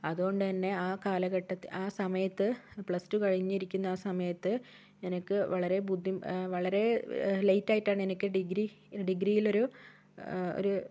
അതുകൊണ്ട് തന്നെ ആ കാലഘട്ടത്തിൽ ആ സമയത്ത് പ്ലസ്ടു കഴിഞ്ഞിരിക്കുന്ന ആ സമയത്ത് എനിക്ക് വളരെ ബുദ്ധി വളരേ ലേറ്റ് ആയിട്ടാണ് എനിക്ക് ഡിഗ്രി ഡിഗ്രിയിലൊരു ഒരു